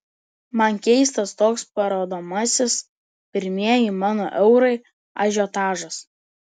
man keistas toks parodomasis pirmieji mano eurai ažiotažas